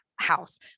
house